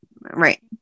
right